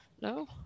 no